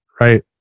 Right